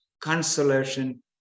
consolation